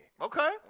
Okay